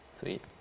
Sweet